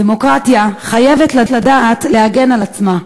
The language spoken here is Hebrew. דמוקרטיה חייבת לדעת להגן על עצמה.